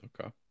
Okay